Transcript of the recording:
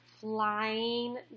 flying